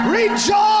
Rejoice